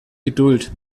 geduld